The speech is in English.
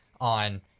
on